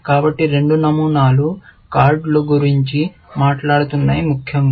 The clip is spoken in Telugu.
కాబట్టి రెండు నమూనాలు కార్డుల గురించి మాట్లాడుతున్నాయి ముఖ్యంగా